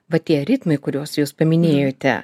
va tie ritmai kuriuos jūs paminėjote